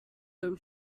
low